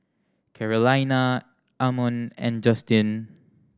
Carolina Ammon and Justyn